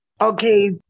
Okay